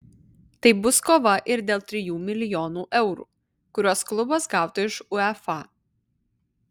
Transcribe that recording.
tai bus kova ir dėl trijų milijonų eurų kuriuos klubas gautų iš uefa